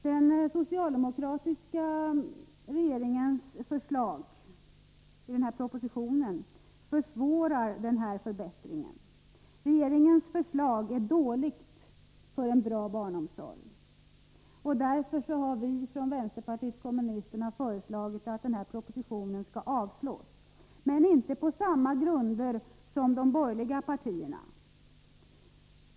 Den socialdemokratiska regeringens förslag i propositionen försvårar denna förbättring. Regeringens förslag är dåligt för en bra barnomsorg. Därför har vi från vänsterpartiet kommunisterna föreslagit att propositionen skall avslås — men inte på samma grunder som de borgerliga partierna.